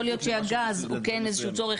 יכול להיות שהגז הוא כן איזה שהוא צורך,